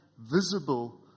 visible